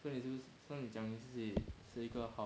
so 你是你讲你自己是一个好学生啊